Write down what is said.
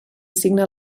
signa